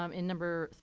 um in number